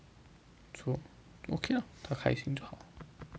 so okay lah 他开心就好